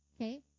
okay